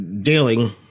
dealing